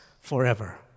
forever